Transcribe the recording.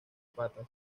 patas